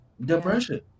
Depression